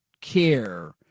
care